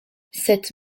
cette